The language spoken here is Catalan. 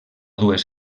dues